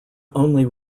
only